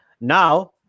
Now